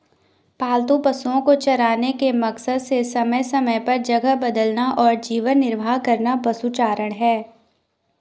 पालतू पशुओ को चराने के मकसद से समय समय पर जगह बदलना और जीवन निर्वाह करना पशुचारण है